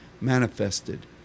manifested